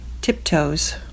Tiptoes